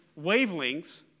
wavelengths